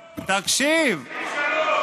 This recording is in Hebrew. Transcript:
תקרא את סעיף (3) תקשיב.